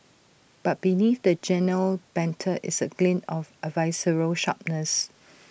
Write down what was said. but beneath the genial banter is A glint of A visceral sharpness